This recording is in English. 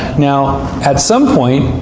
now at some point,